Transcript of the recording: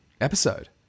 episode